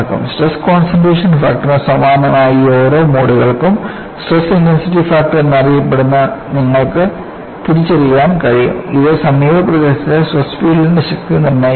stress concentration ഫാക്ടറിന് സമാനമായ ഈ ഓരോ മോഡുകൾക്കും സ്ട്രെസ് ഇന്റൻസിറ്റി ഫാക്ടർ എന്നറിയപ്പെടുന്നവ നിങ്ങൾക്ക് തിരിച്ചറിയാൻ കഴിയും ഇത് സമീപ പ്രദേശത്തെ സ്ട്രെസ് ഫീൽഡിന്റെ ശക്തി നിർണ്ണയിക്കുന്നു